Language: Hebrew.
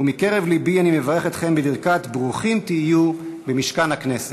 ומקרב לבי אברך אתכם בברכת ברוכים תהיו במשכן הכנסת.